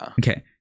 Okay